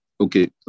Okay